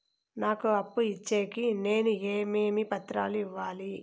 నాకు అప్పు ఇచ్చేకి నేను ఏమేమి పత్రాలు ఇవ్వాలి